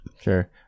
Sure